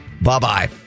Bye-bye